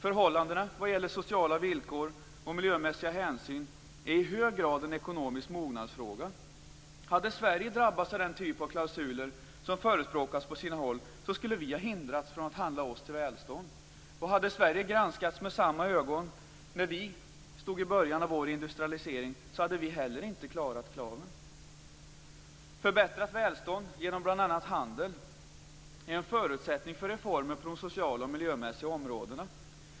Förhållandena vad gäller sociala villkor och miljömässiga hänsyn är i hög grad en ekonomisk mognadsfråga. Hade Sverige drabbats av den typ av klausuler som förespråkas på sina håll skulle vi ha hindrats från att handla oss till välstånd. Hade Sverige granskats med samma ögon när vi stod i början av vår industrialisering hade vi heller inte klarat kraven. Förbättrat välstånd genom bl.a. handel är en förutsättning för reformer på de sociala och miljömässiga områdena.